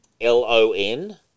L-O-N